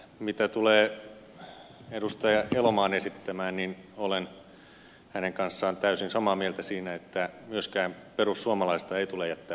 mitä tulee edustaja elomaan esittämään niin olen hänen kanssaan täysin samaa mieltä siitä että myöskään perussuomalaista ei tule jättää puolitiehen